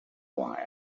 why